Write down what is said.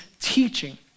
teaching